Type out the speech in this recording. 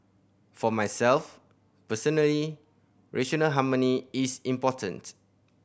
for myself personally racial harmony is important